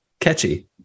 catchy